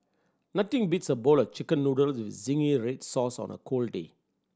nothing beats a bowl of Chicken Noodles with zingy red sauce on a cold day